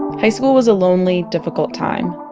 high school was a lonely difficult time.